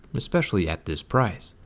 especially at this price.